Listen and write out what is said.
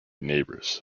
neighbors